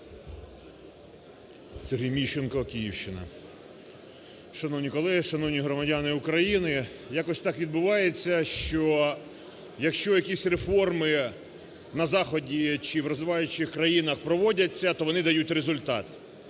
Сергій Міщенко, Київщина. Шановні колеги! Шановні громадяни України! Якось так відбувається, що якщо якісь реформи на заході, чи в розвиваючих країнах проводяться, то вони дають результат.